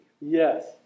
Yes